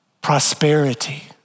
prosperity